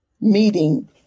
meeting